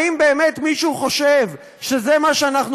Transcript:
האם באמת מישהו חושב שזה דבר שאנחנו